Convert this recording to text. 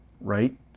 right